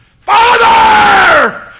Father